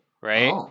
Right